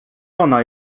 ona